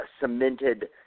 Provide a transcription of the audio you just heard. cemented